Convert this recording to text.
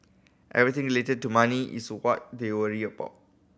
everything related to money is what they worry about